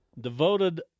devoted